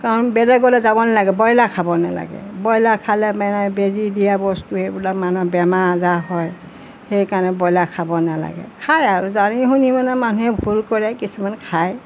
কাৰণ বেলেগলৈ যাব নালাগে ব্ৰইলাৰ খাব নালাগে ব্ৰইলাৰ খালে মানে বেজী দিয়া বস্তু সেইবিলাক মানুহৰ বেমাৰ আজাৰ হয় সেইকাৰণে ব্ৰইলাৰ খাব নালাগে খায় আৰু জানি শুনি মানে মানুহে ভুল কৰে কিছুমান খায়